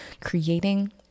Creating